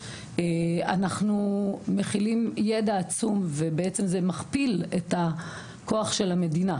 אנחנו מכילים ידע עצום ובעצם זה מכפיל את הכוח של המדינה,